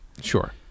Sure